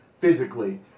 physically